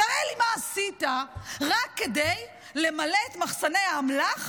תראה לי מה עשית רק כדי למלא את מחסני האמל"ח,